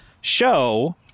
show